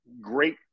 great